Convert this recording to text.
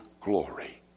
glory